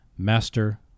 Master